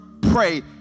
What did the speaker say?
Pray